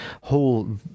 whole